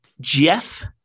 Jeff